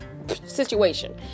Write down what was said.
situation